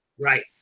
Right